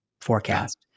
forecast